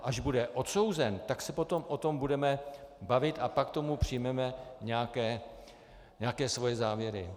Až bude odsouzen, tak se potom o tom budeme bavit a pak k tomu přijmeme nějaké svoje závěry.